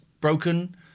broken